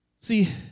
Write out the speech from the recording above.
See